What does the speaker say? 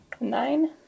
Nine